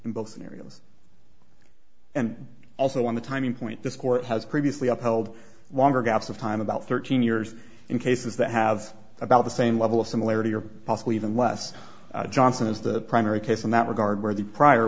in both scenarios and also on the timing point this court has previously upheld longer gaps of time about thirteen years in cases that have about the same level of similarity or possibly even less johnson is the primary case in that regard where the prior